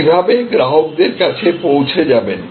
কীভাবে গ্রাহকদের কাছে পৌঁছে যাবেন